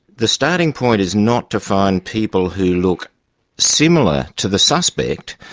the starting point is not to find people who look similar to the suspect,